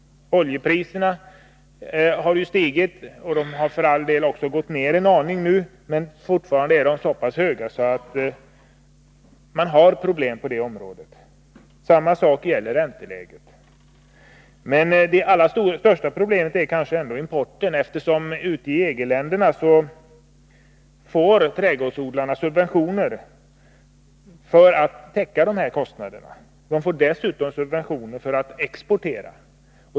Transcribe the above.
Oljepriserna har stigit — nu har de för all del också gått ned en aning, men fortfarande är de så pass höga att det är problemi det fallet. Samma sak gäller ränteläget. Men det allra största problemet är kanske ändå importen, eftersom i EG-länderna trädgårdsodlarna får subventioner för att täcka sina kostnader. De får dessutom subventioner för att exportera.